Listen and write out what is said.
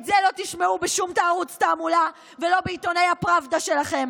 את זה לא תשמעו בשום ערוץ תעמולה ולא בעיתוני הפראבדה שלכם,